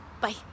Bye